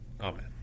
Amen